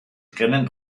rennen